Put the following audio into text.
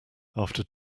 after